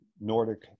Nordic